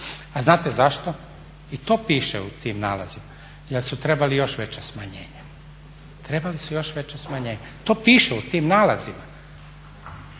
A znate zašto? I to piše u tim nalazima, jer su trebali još veće smanjenje. To piše u tim nalazima.